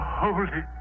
holy